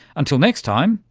until next time,